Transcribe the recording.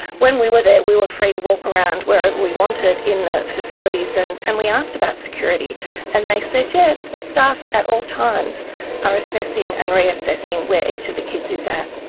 when we were there we were free to walk around wherever we wanted in the facilities and and we asked about security and they said, yes, the staff at all times are assessing and reassessing where each of the kids is at.